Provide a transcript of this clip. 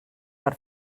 per